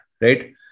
right